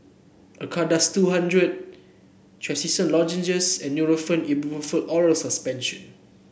Acardust two hundred Trachisan Lozenges and Nurofen Ibuprofen Oral Suspension